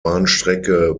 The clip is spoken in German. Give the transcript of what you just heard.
bahnstrecke